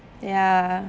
ya